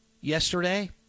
yesterday